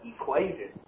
equation